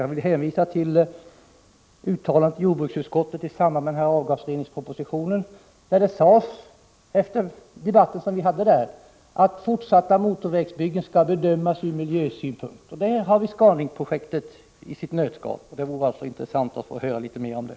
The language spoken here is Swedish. Jag vill hänvisa till uttalandet från jordbruksutskottet i samband med avgasreningspropositionen. Efter den debatt vi hade sades det att fortsatta motorvägsbyggen skall bedömas från miljösynpunkt. Där har vi Scan Link-projektet i ett nötskal. Det vore alltså intressant att få höra litet mer om det.